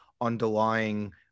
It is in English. underlying